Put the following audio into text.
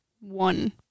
one